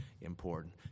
important